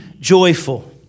joyful